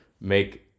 make